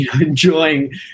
enjoying